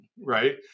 right